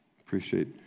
appreciate